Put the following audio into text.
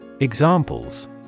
Examples